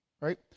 right